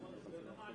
אמרת שלא מעלים